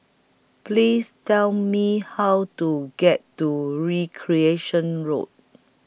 Please Tell Me How to get to Recreation Road